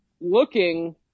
looking